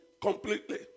completely